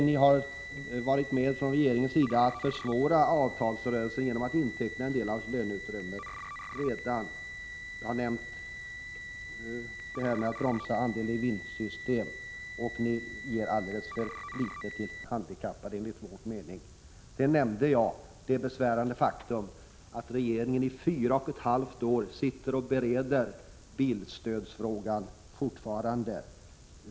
Ni har också från regeringens sida varit med om att försvåra avtalsrörelsen genom att redan inteckna en del av löneutrymmet. Jag har nämnt detta med bromsandet av andel-i-vinst-system. Enligt vår mening ger ni även alldeles för litet åt handikappade. Och jag pekade på det besvärande faktum att regeringen sedan fyra och ett halvt år tillbaka sitter och bereder bilstödet.